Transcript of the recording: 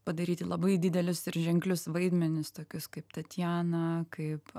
padaryti labai didelius ir ženklius vaidmenis tokius kaip tatjana kaip